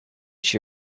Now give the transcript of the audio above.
she